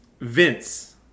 Vince